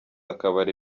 akabari